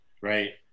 right